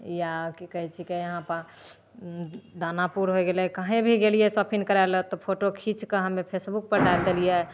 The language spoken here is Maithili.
या कि कहै छिकै यहाँपर दानापुर होइ गेलै कहीँ भी गेलिए शौकीन करैले तऽ फोटो खिचिके हमे फेसबुकपर डालि देलिए